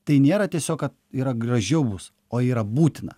tai nėra tiesiog yra gražiau bus o yra būtina